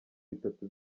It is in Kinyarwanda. bitatu